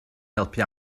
helpu